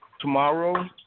tomorrow